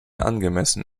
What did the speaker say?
angemessen